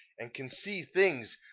and can see things,